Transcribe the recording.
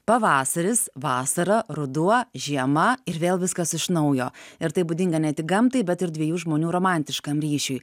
pavasaris vasara ruduo žiema ir vėl viskas iš naujo ir tai būdinga ne tik gamtai bet ir dviejų žmonių romantiškam ryšiui